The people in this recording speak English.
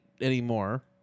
anymore